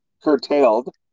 curtailed